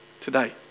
today